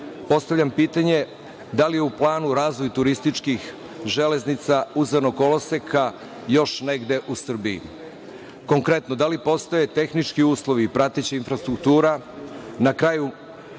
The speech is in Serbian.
postavljam pitanje da li je u planu razvoj turističkih železnica uzanog koloseka još negde u Srbiji? Konkretno, da li postoje tehnički uslovi i prateća infrastruktura, na kraju